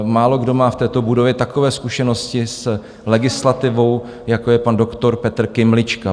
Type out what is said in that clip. Málokdo má v této budově takové zkušenosti s legislativou, jako je pan doktor Petr Kymlička.